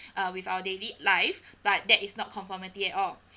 uh with our daily life but that is not conformity at all